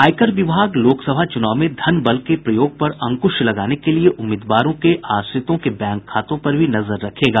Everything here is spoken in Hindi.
आयकर विभाग लोकसभा चूनाव में धन बल के प्रयोग पर अंक्श लगाने के लिए उम्मीदवारों के आश्रितों के बैंक खातों पर भी नजर रखेगा